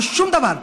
לא שום דבר,